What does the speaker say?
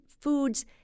foods